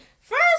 First